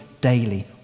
daily